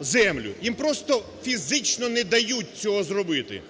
землю, їм просто фізично не дають цього зробити.